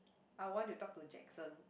I want to talk to Jackson